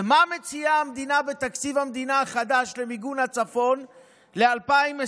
ומה מציעה המדינה בתקציב המדינה החדש למיגון הצפון ל-2023-2022,